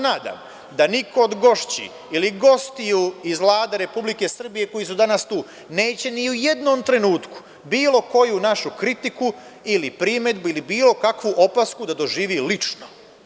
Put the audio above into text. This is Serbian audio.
Nadam se da niko od gošći ili gostiju iz Vlade Republike Srbije, koji su danas tu, neće ni u jednom trenutku bilo koju našu kritiku, primedbu ili opasku da doživi lično.